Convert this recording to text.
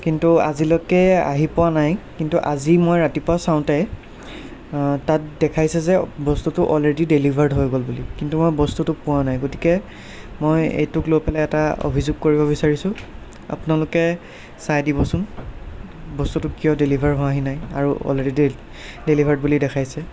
কিন্তু আজিলৈকে আহি পোৱা নাই কিন্তু আজি মই ৰাতিপুৱা চাওঁতে তাত দেখাইছে যে বস্তুটো অলৰেডি ডেলিভাৰ্ড হৈ গ'ল বুলি কিন্তু মই বস্তুটো পোৱা নাই গতিকে মই এইটোক লৈ পেলাই এটা অভিযোগ কৰিব বিচাৰিছোঁ আপোনালোকে চাই দিবচোন বস্তুটো কিয় ডেলিভাৰ হোৱাহি নাই আৰু অলৰেডি ডেলিভাৰ্ড বুলি দেখাইছে